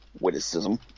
witticism